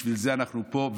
בשביל זה אנחנו פה,